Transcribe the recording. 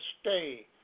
stay